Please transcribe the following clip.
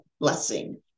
blessing